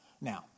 Now